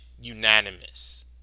unanimous